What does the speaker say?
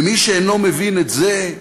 ומי שאינו מבין את זה,